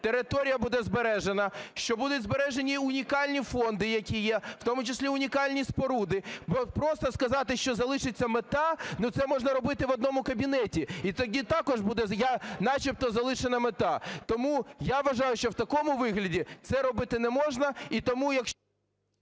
територія буде збережена, що будуть збережені унікальні фонди, які є, в тому числі унікальні споруди. Просто сказати, що залишиться мета, ну, це можна робити в одному кабінеті, і тоді також буде начебто залишена мета. Тому я вважаю, що в такому вигляді це робити не можна.